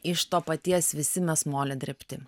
iš to paties visi mes molio drėbti